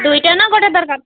ଦୁଇଟା ନା ଗୋଟେ ଦରକାର